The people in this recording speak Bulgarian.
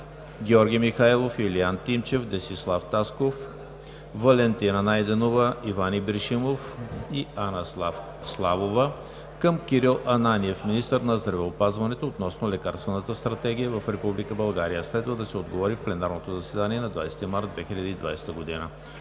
Георги Михайлов, Илиян Тимчев, Десислав Тасков, Валентина Найденова, Иван Ибришимов и Анна Славова към Кирил Ананиев – министър на здравеопазването, относно лекарствената стратегия в Република България. Следва да се отговори в пленарното заседание на 20 март 2020 г.